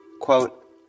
Quote